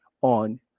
on